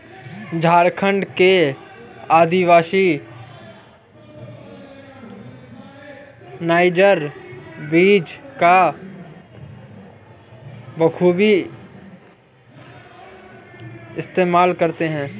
झारखंड के आदिवासी नाइजर बीज का बखूबी इस्तेमाल करते हैं